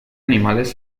animales